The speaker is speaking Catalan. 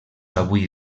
avui